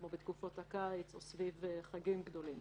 כמו תקופות הקיץ או סביב חגים גדולים.